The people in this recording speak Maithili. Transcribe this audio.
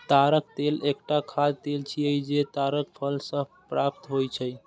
ताड़क तेल एकटा खाद्य तेल छियै, जे ताड़क फल सं प्राप्त होइ छै